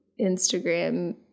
instagram